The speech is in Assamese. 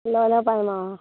ল'লে পায় অঁ